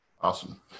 awesome